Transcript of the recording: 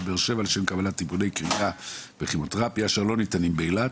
בבאר שבע לשם קבלת הקרנות וטיפולי כימותרפיה אשר לא ניתנים באילת.